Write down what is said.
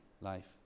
life